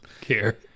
care